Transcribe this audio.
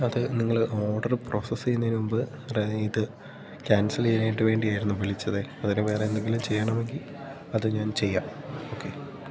അത് നിങ്ങള് order process ചെയ്യുന്നതിന് മുൻപ് ഇത് ക്യാൻസൽ ചെയ്യാനായിട്ട് വേണ്ടിയായിരുന്നു വിളിച്ചതേ അതിന് വേറെ എന്തെങ്കിലും ചെയ്യണമെങ്കിൽ അത് ഞാൻ ചെയ്യാം ഓക്കെ